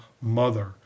Mother